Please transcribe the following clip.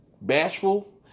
bashful